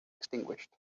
extinguished